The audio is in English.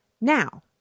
now